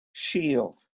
Shield